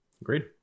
Agreed